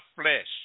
flesh